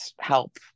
help